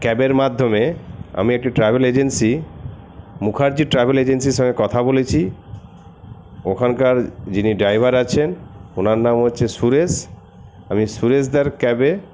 ক্যাবের মাধ্যমে আমি একটি ট্রাভেল এজেন্সি মুখার্জি ট্রাভেল এজেন্সির সঙ্গে কথা বলেছি ওখানকার যিনি ড্রাইভার আছেন ওঁর নাম হচ্ছে সুরেশ আমি সুরেশদার ক্যাবে